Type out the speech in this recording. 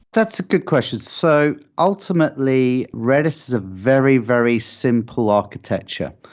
that's a good question. so ultimately, redis is a very, very simple architecture,